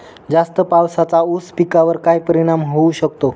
जास्त पावसाचा ऊस पिकावर काय परिणाम होऊ शकतो?